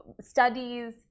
studies